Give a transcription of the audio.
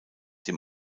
dem